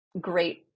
great